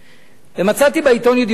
מצאתי בעיתון "ידיעות אחרונות"